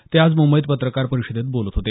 ते आज मुंबईत पत्रकार परिषदेत बोलत होते